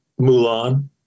Mulan